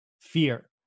fear